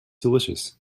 delicious